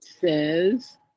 says